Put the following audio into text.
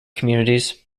communities